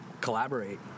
collaborate